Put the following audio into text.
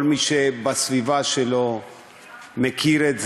כל מי שבסביבה שלו מכיר את זה,